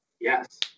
Yes